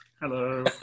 Hello